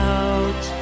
out